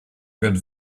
good